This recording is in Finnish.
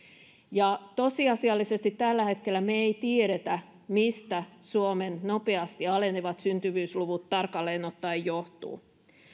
ja tosiasiallisesti tällä hetkellä me emme tiedä mistä suomen nopeasti alenevat syntyvyysluvut tarkalleen ottaen johtuvat